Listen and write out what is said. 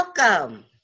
Welcome